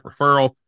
referral